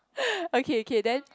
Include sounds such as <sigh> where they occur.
<laughs> okay okay then